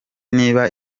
niba